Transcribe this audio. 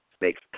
makes